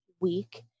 week